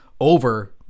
over